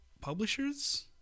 publishers